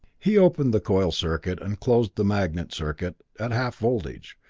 he opened the coil circuit and closed the magnet circuit at half voltage,